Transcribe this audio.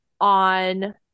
on